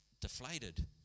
deflated